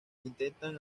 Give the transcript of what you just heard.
intentan